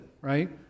right